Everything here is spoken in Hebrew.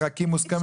פרקים מוסכמים?